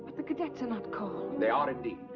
the cadets are not called they are indeed,